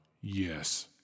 yes